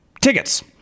tickets